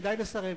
שכדאי לסרב,